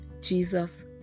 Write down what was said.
Jesus